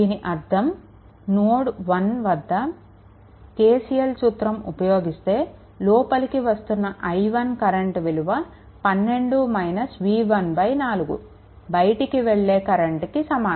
దీని అర్థం నోడ్1 వద్ద KCL సూత్రం ఉపయోగిస్తే లోపలికి వస్తున్న i1 కరెంట్ విలువ 12 - v1 4 బయటికి వెళ్ళే కరెంట్ కి సమానం